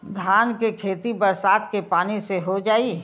धान के खेती बरसात के पानी से हो जाई?